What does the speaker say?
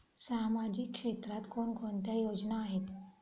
सामाजिक क्षेत्रात कोणकोणत्या योजना आहेत?